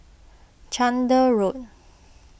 Chander Road